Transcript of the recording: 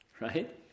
Right